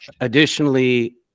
Additionally